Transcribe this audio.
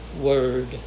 word